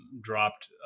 dropped